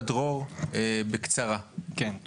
דרור, בקצרה, בבקשה.